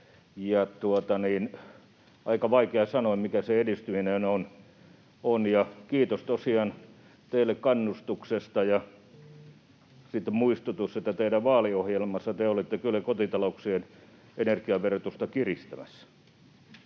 aika vaikea sanoa, mikä sen edistyminen on. Kiitos tosiaan teille kannustuksesta — ja sitten muistutus, että teidän vaaliohjelmassanne te olitte kyllä kotitalouksien energian verotusta kiristämässä.